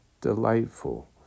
delightful